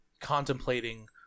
contemplating